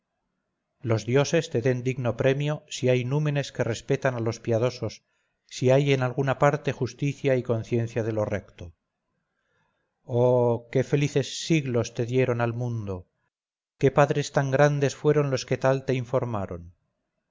los dioses te den digno premio si hay númenes que respetan a los piadosos si hay en alguna parte justicia y conciencia de lo recto oh qué felices siglos te dieron al mundo qué padres tan grandes fueron los que tal te informaron